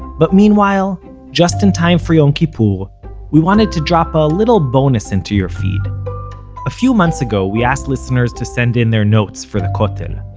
but meanwhile just in time for yom kippur we wanted to drop a little bonus into your feed a few months ago we asked listeners to send in their notes for the kotel.